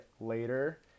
Later